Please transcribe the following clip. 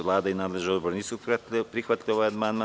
Vlada i nadležni Odbor nisu prihvatili ovaj amandman.